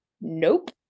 nope